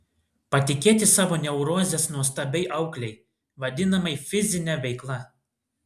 patikėti savo neurozes nuostabiai auklei vadinamai fizine veikla